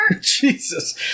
Jesus